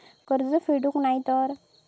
कर्ज फेडूक नाय तर?